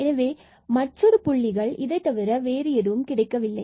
எனவே நமக்கு இதைத்தவிர மற்றொரு புள்ளிகள் கிடைக்கவில்லை